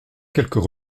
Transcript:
quelques